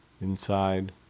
inside